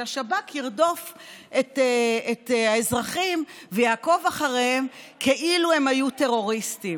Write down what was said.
שהשב"כ ירדוף את האזרחים ויעקוב אחריהם כאילו הם היו טרוריסטים.